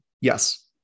Yes